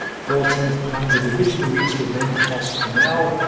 fourteenth panzer division reached the ventos canal,